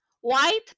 white